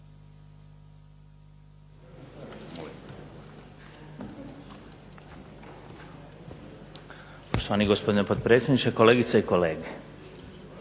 Hvala vam